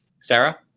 Sarah